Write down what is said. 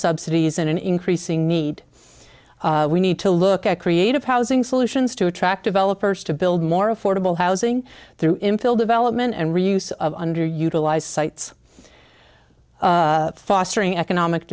subsidies in an increasing need we need to look at creative housing solutions to attractive elop first to build more affordable housing through infill development and reuse of underutilized sites fostering economic